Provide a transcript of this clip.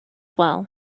well